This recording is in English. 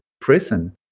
prison